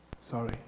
sorry